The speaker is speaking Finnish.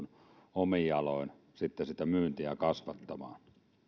omin jaloin sitten sitä myyntiä kasvattamaan